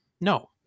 no